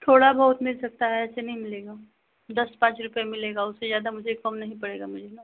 थोड़ा बहुत मिल सकता है ऐसे नहीं मिलेगा दस पाँच रुपया मिलेगा उससे ज़्यादा मुझे कम नहीं पड़ेगा मुझे न